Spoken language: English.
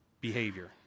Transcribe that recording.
behavior